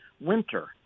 winter